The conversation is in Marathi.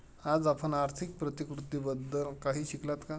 आज आपण आर्थिक प्रतिकृतीबद्दल काही शिकलात का?